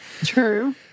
True